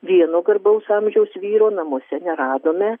vieno garbaus amžiaus vyro namuose neradome